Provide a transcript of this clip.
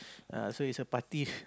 ah so it's a party